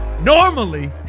Normally